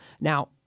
Now